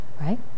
Right